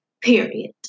period